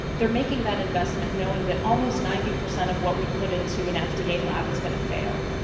they're making that investment knowing that almost ninety percent of what we put into an fda yeah lab is going to fail.